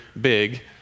big